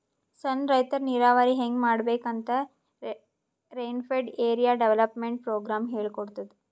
ಸಣ್ಣ್ ರೈತರ್ ನೀರಾವರಿ ಹೆಂಗ್ ಮಾಡ್ಬೇಕ್ ಅಂತ್ ರೇನ್ಫೆಡ್ ಏರಿಯಾ ಡೆವಲಪ್ಮೆಂಟ್ ಪ್ರೋಗ್ರಾಮ್ ಹೇಳ್ಕೊಡ್ತಾದ್